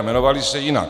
Jmenovaly se jinak.